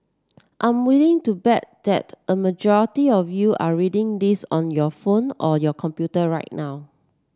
I'm willing to bet that a majority of you are reading this on your phone or your computer right now